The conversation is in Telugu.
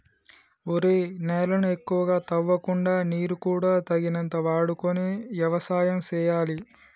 ఒరేయ్ నేలను ఎక్కువగా తవ్వకుండా నీరు కూడా తగినంత వాడుకొని యవసాయం సేయాలి